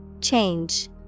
Change